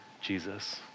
Jesus